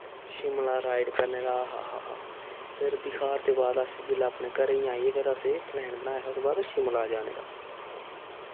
Shimla ride करने दा आ हां हां हां हां फिर बिहार दे बाद अस जेल्लै अपने घरें ही आए फिर अस एह् प्लैन बनाया हा उ'दे बाद शिमला जाने दा